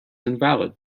invalid